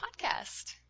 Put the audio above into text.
podcast